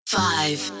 five